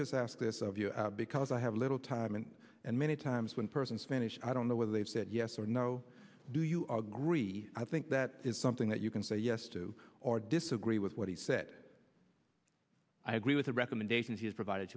just ask this of you because i have little time and and many times one person spanish i don't know whether they've said yes or no do you agree i think that is something that you can say yes to or disagree with what he said i agree with the recommendations he has provided